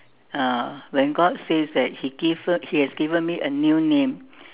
uh when God says that he give us he has given me a new name